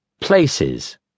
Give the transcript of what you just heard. Places